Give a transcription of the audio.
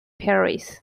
paris